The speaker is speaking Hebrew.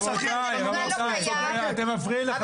הם קוראים לעצמם אנרכיסטים --- כל